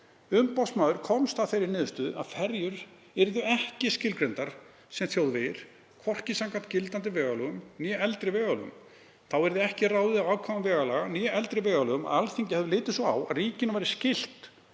Umboðsmaður komst m.a. að þeirri niðurstöðu að ferjur yrðu ekki skilgreindar sem þjóðvegir, hvorki samkvæmt gildandi vegalögum, nr. 80/2007, né eldri vegalögum. Þá yrði ekki ráðið af ákvæðum vegalaga né eldri vegalögum að Alþingi hefði litið svo á að ríkinu væri skylt